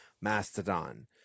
Mastodon